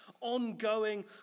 ongoing